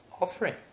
offering